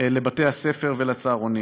לבתי-הספר ולצהרונים.